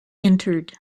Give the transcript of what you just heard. entered